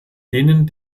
denen